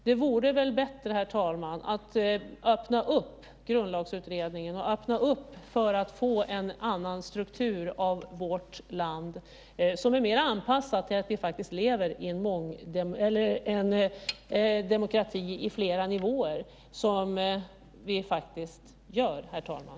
Det vore väl bättre, herr talman, att öppna upp Grundlagsutredningen och öppna för att få en annan struktur i vårt land, som är mera anpassad till att vi lever i en demokrati i flera nivåer, vilket vi faktiskt gör, herr talman.